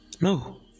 No